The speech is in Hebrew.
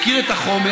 מכיר את החומר,